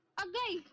okay